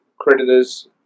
creditors